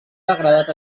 degradat